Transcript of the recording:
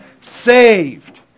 saved